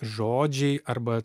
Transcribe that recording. žodžiai arba